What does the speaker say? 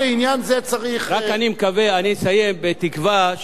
אני אסיים בתקווה שחברי האופוזיציה